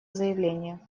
заявление